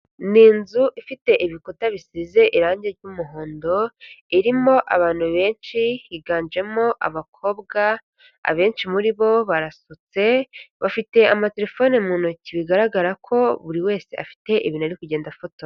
Ni inzu ifite ibikuta bisize irange ry'umuhondo, irimo abantu benshi higanjemo abakobwa, abenshi muri bo barasutse, bafite amatelefoni mu ntoki, bigaragara ko buri wese afite ibintu ari kugenda afotora.